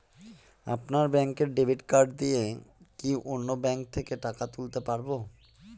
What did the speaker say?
আপনার ব্যাংকের debit card দিয়ে কি অন্য ব্যাংকের থেকে টাকা তুলতে পারবো?